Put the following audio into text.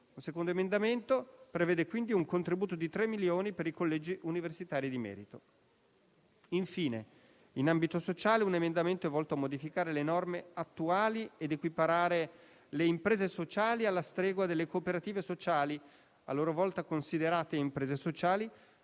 Il secondo emendamento prevede, quindi, un contributo di tre milioni per i collegi universitari di merito. Infine, in ambito sociale, un emendamento è volto a modificare le norme attuali ed equiparare le imprese sociali alla stregua delle cooperative sociali, a loro volta considerate imprese sociali,